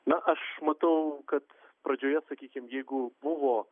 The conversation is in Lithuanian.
na aš matau kad pradžioje sakykim jeigu buvo